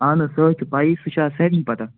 اَہن حظ سُہ حظ چھُ پیی سُہ چھُ اَز سارنٕے پتاہ